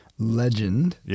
legend